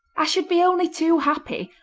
i should be only too happy,